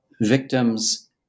victims